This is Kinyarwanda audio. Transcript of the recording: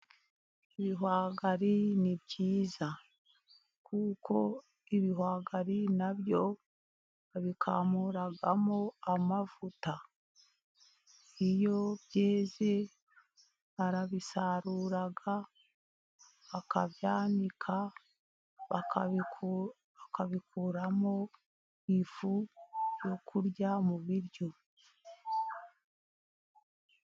Ibihwagari ni byiza, kuko ibihwagari na byo babikamuramo amavuta, iyo byeze barabisarura bakabyanika, bakabikuramo ifu yo kurya mu biryo.